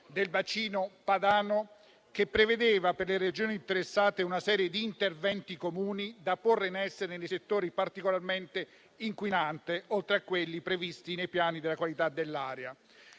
del bacino padano, che prevedeva per le Regioni interessate una serie di interventi comuni da porre in essere nei settori particolarmente inquinanti, oltre a quelli previsti nei piani della qualità dell'aria.